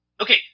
Okay